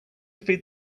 feed